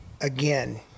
Again